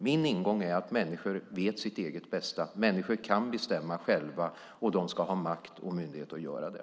Min ingång är att människor vet sitt eget bästa och kan bestämma själva, och de ska ha makt och myndighet att göra det.